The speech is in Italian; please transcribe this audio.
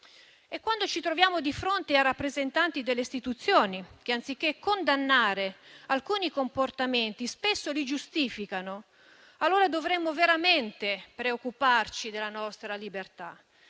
Quando ci troviamo di fronte ai rappresentanti delle istituzioni che, anziché condannare alcuni comportamenti, spesso li giustificano, allora dovremmo veramente preoccuparci della nostra libertà.